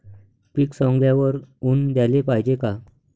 पीक सवंगल्यावर ऊन द्याले पायजे का?